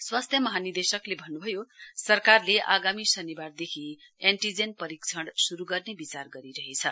स्वास्थ्य महानिदेशकले भन्नुभयो सरकारले आगामी शनिवारदेखि एन्टीजेन परीक्षण शुरु गर्ने विचार गरिरहेछ